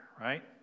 right